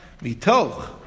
Mitoch